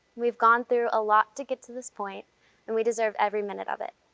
we've gone through a lot to get to this point and we deserve every minute of it.